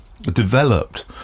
developed